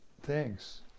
Thanks